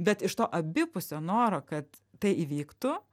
bet iš to abipusio noro kad tai įvyktų